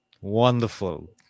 Wonderful